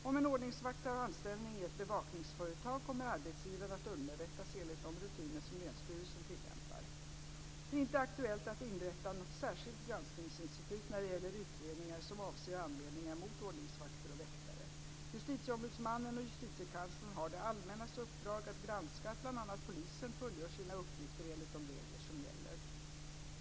Om en ordningsvakt har anställning i ett bevakningsföretag kommer arbetsgivaren att underrättas enligt de rutiner som länsstyrelsen tillämpar. Det är inte aktuellt att inrätta något särskilt granskningsinstitut när det gäller utredningar som avser anmälningar mot ordningsvakter och väktare. Justitieombudsmannen och Justitiekanslern har det allmännas uppdrag att granska att bl.a. polisen fullgör sina uppgifter enligt de regler som gäller.